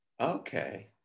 Okay